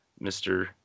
Mr